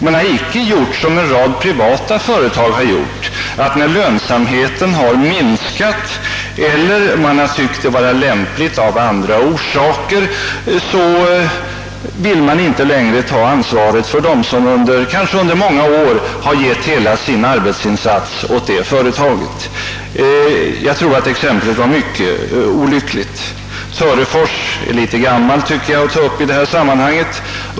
Man har icke gjort som en rad privata företag, som vid minskad lönsamhet eller av andra orsaker inte längre velat ta ansvaret för dem som kanske under många år har givit hela sin arbetsinsats åt företaget i fråga. Exemplet var alltså mycket olyckligt valt. Törefors är ett litet gammalt exempel att ta upp i detta sammanhang.